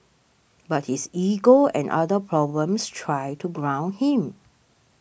but his ego and other problems try to ground him